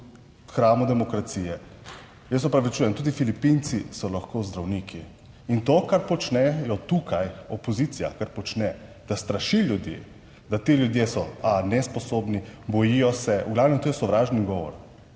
hramu demokracije. Jaz se opravičujem, tudi Filipinci so lahko zdravniki. In to, kar počnejo tukaj, opozicija kar počne, da straši ljudi, da ti ljudje so nesposobni, bojijo se, v glavnem to je sovražni govor.